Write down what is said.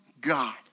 God